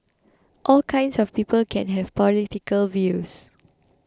all kinds of people can have political views